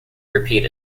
repeat